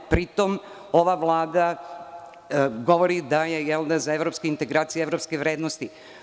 Pri tome, ova vlada govori da je za evropske integracije i evropske vrednosti.